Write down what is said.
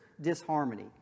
disharmony